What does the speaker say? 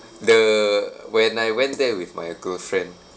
the when I went there with my girlfriend